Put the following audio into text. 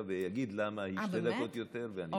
ויגיד למה היא שתי דקות יותר ואני פחות.